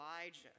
Elijah